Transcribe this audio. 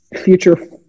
future